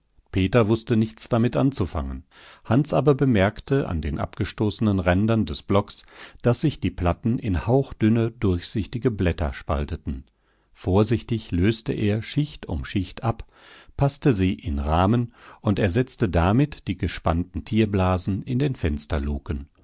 peter wußte nichts damit anzufangen hans aber bemerkte an den abgestoßenen rändern des blocks daß sich die platten in hauchdünne durchsichtige blätter spalteten vorsichtig löste er schicht um schicht ab paßte sie in rahmen und ersetzte damit die gespannten tierblasen in den